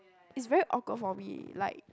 it's very awkward for me like